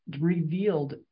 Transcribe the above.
revealed